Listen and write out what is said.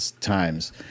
times